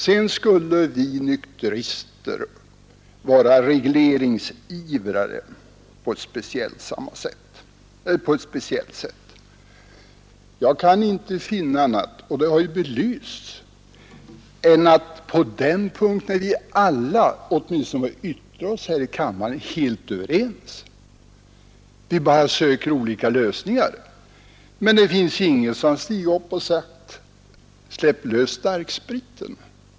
Sedan skulle vi nykterister vara regleringsivrare på ett speciellt sätt. Men jag kan inte finna annat — och det har ju belysts — än att på den punkten är åtminstone alla vi som yttrat oss här i kammaren helt överens. Vi bara söker olika lösningar. Det finns ingen som stigit upp och sagt: Släpp lös starkspriten!